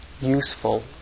useful